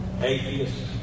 atheist